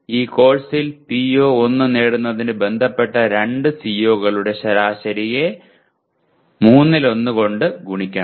ഇപ്പോൾ ഈ കോഴ്സിൽ PO1 നേടുന്നത് ബന്ധപ്പെട്ട 2 CO കളുടെ ശരാശരിയെ 13 കൊണ്ട് ഗുണിക്കണം